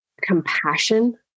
compassion